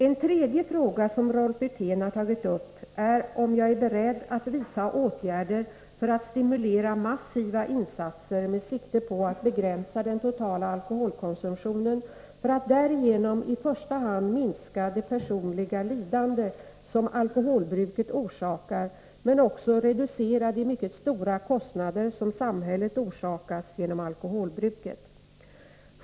En tredje fråga som Rolf Wirtén har tagit upp är om jag är beredd att vidta åtgärder för att stimulera massiva insatser med sikte på att begränsa den totala alkoholkonsumtionen för att därigenom i första hand minska det personliga lidande som alkoholbruket orsakar men också reducera de mycket stora kostnader som samhället orsakas genom alkoholbruket.